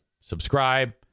subscribe